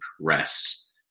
rest